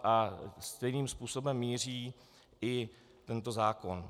A stejným způsobem míří i tento zákon.